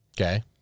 okay